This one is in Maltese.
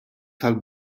tal